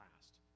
last